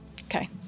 Okay